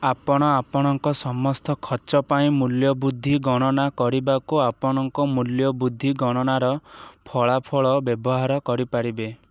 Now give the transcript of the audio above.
ଆପଣ ଆପଣଙ୍କର ସମସ୍ତ ଖର୍ଚ୍ଚ ପାଇଁ ମୂଲ୍ୟବୃଦ୍ଧି ଗଣନା କରିବାକୁ ଆପଣଙ୍କ ମୂଲ୍ୟ ବୃଦ୍ଧି ଗଣନାର ଫଳାଫଳ ବ୍ୟବହାର କରିପାରିବେ